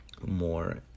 more